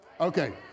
okay